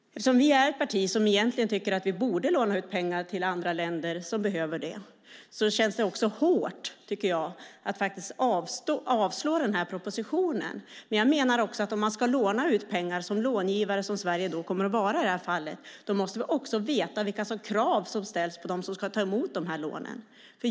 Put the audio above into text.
Eftersom vi är ett parti som egentligen tycker att vi borde låna ut pengar till andra länder som behöver det känns det hårt, tycker jag, att avslå den här propositionen. Men jag menar att om man ska låna ut pengar som långivare, som Sverige då kommer att vara i det här fallet, måste man veta vilka krav som ställs på dem som ska ta emot lånen.